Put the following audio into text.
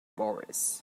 boris